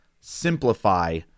simplify